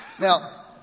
Now